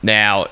now